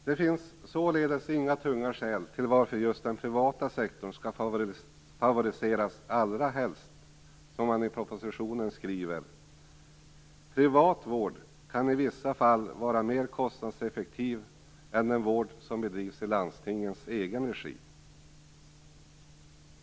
Det finns således inga tunga skäl till att just den privata sektorn skall favoriseras, allra helst som man i propositionen skriver: "Privat vård kan också i vissa fall vara mer kostnadseffektiv än den vård som bedrivs i landstingets egen regi."